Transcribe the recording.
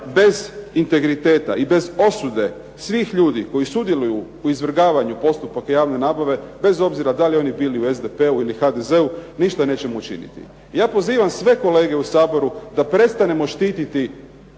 bez integriteta i bez osude svih ljudi koji sudjeluju u izvrgavanju postupaka javne nabave bez obzira da li oni bili u SDP-u ili HDZ-u ništa nećemo učiniti. Ja pozivam sve kolege u Saboru, da prestanemo štititi